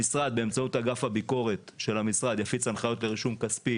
המשרד באמצעות אגף הביקורת של המשרד יפיץ הנחיות לרישום כספי